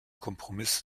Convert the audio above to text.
kompromiss